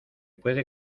puede